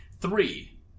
Three